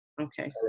okay